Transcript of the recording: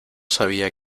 sabia